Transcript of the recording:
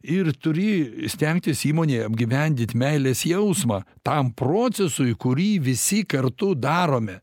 ir turi stengtis įmonėje apgyvendyt meilės jausmą tam procesui kurį visi kartu darome